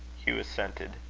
hugh assented.